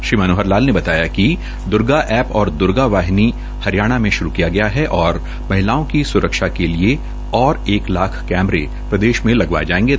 श्री मनोहर लाल ने बताया कि दूर्गा एप्प और दूर्गा वाहिनी हरियाणा में श्रू किया है और महिलाओं की स्रक्षा के लिए और एक लाख कैमरे प्रदेश में लगवाये जायेंगे